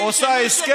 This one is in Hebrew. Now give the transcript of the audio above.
מפריע לך שמדינת ישראל,